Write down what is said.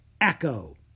Echo